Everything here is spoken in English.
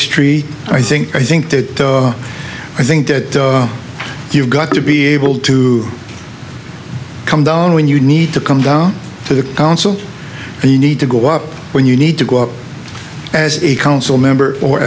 street i think i think that i think that you've got to be able to come down when you need to come down to the council and you need to go up when you need to go up as a council member or